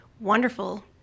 wonderful